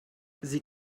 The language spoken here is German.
sie